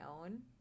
own